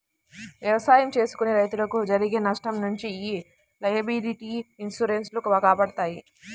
ఎవసాయం చేసుకునే రైతులకు జరిగే నష్టం నుంచి యీ లయబిలిటీ ఇన్సూరెన్స్ లు కాపాడతాయి